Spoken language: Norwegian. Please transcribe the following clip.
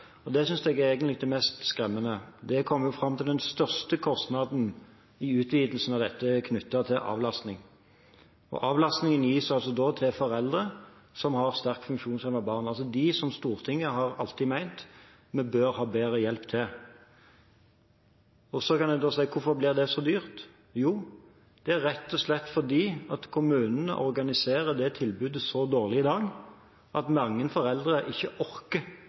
og det synes jeg egentlig er det mest skremmende – som er kommet fram, er at den største kostnaden i utvidelsen av dette er knyttet til avlastning. Avlastning gis til foreldre som har sterkt funksjonshemmede barn – de som Stortinget alltid har ment bør ha bedre hjelp. Så kan en spørre: Hvorfor blir det så dyrt? Jo, det er rett og slett fordi kommunen organiserer det tilbudet så dårlig i dag at mange foreldre ikke orker